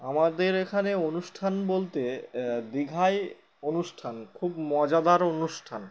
আমাদের এখানে অনুষ্ঠান বলতে দীঘায় অনুষ্ঠান খুব মজাদার অনুষ্ঠান